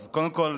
אז קודם כול,